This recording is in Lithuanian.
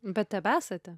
bet tebesate